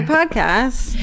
podcast